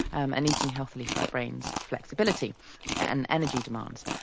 um and eating healthily for our brain's flexibility and energy demands.